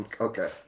okay